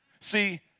See